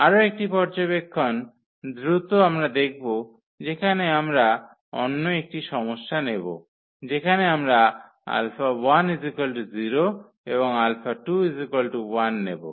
আরও একটি পর্যবেক্ষণ দ্রুত আমরা দেখব যেখানে আমরা অন্য একটি সমস্যা নেব যেখানে আমরা 𝛼1 0 এবং 𝛼2 1 নেব